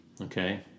okay